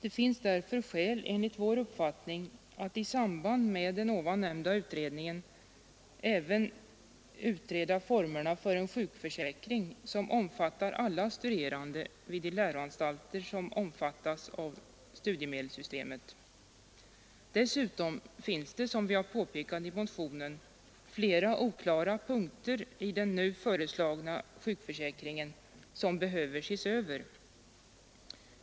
Enligt vår uppfattning finns det därför skäl att i samband med den nyssnämnda utredningen även utreda formerna för en sjukförsäkring som omfattar alla studerande vid de läroanstalter som omfattas av det nya studiefinansieringssystemet. Dessutom finns det, som vi har påpekat i motionen, flera oklara punkter i den nu föreslagna försäkringen som behöver ses över.